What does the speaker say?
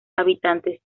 habitantes